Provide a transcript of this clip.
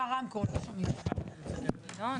הוראות החוק שאנחנו מתייחסים אליהן